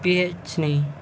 పీహెచ్ని